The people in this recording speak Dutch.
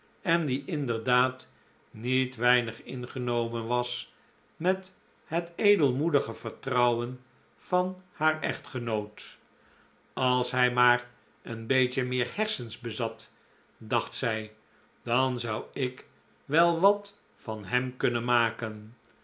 en die inderdaad niet weinig ingenomen was met het edelmoedige vertrouwen van haar echtgenoot als hij maar een beetje meer hersens bezat dacht zij dan zou ik wel wat van hem kunnen maken